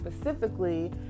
specifically